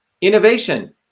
Innovation